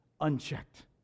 unchecked